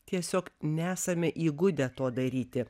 tiesiog nesame įgudę to daryti